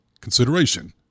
consideration